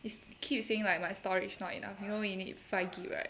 is keep saying like my storage not enough you know you need five G_B right